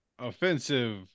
Offensive